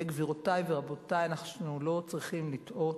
גבירותי ורבותי, אנחנו לא צריכים לטעות,